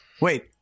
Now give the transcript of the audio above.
Wait